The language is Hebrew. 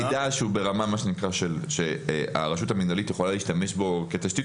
ככל שמגיע אלינו מידע שהוא ברמה שהרשות המינהלית יכולה להשתמש בו כתשתית